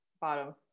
bottom